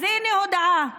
אז הינה הודעה: